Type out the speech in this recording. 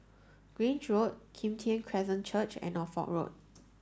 Grange Road Kim Tian Christian Church and Norfolk Road